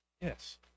Yes